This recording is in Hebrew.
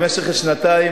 במשך שנתיים,